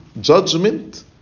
judgment